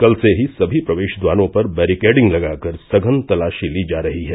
कल से ही सभी प्रवेष द्वारों पर बैरीकेटिडिंग लगाकर सघन तलापी ली जा रही है